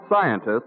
scientists